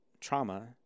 trauma